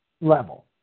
level